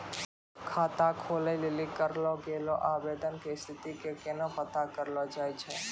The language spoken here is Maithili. खाता खोलै लेली करलो गेलो आवेदन के स्थिति के केना पता करलो जाय छै?